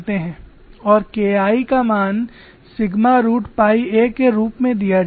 और K I का मान सिग्मा रूट पाई a के रूप में दिया जाता है